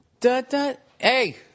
Hey